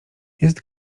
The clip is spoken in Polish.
jest